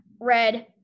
red